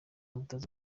umutoza